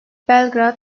belgrad